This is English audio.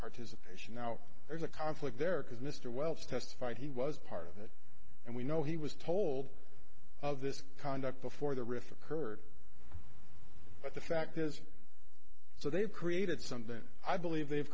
participation now there's a conflict there because mr welch testified he was part of it and we know he was told of this conduct before the rift occurred but the fact is so they've created something i believe they've